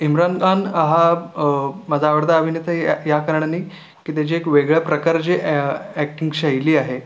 इमरान खान हा माझा आवडता अभिनेता या या कारणाने की त्याची एक वेगळ्या प्रकारचे अॅ अॅक्टिंग शैली आहे